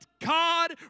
God